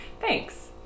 Thanks